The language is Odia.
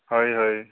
ହଇ ହଇ